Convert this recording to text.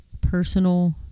personal